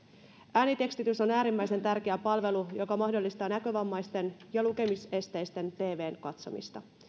äänitekstitys on äärimmäisen tärkeä palvelu joka mahdollistaa näkövammaisten ja lukemisesteisten tvn katsomista